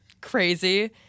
crazy